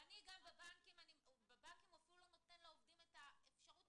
בבנקים הוא אפילו לא נותן לעובדים את האפשרות